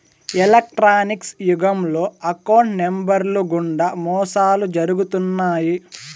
electronics యుగంలో account నెంబర్లు గుండా మోసాలు జరుగుతున్నాయి